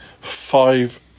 five